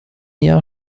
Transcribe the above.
jahr